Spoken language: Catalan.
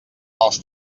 els